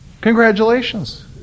congratulations